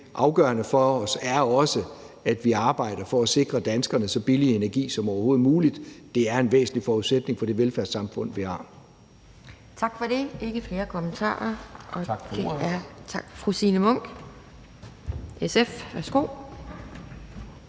afgørende for os er også, at vi arbejder for at sikre danskerne så billig energi som overhovedet muligt. Det er en væsentlig forudsætning for det velfærdssamfund, vi har. Kl. 11:38 Anden næstformand (Pia Kjærsgaard): Tak for det. Der er ikke flere